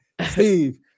Steve